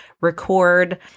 record